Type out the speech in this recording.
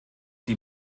die